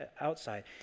outside